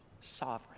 sovereign